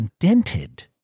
indented